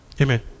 Amen